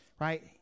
right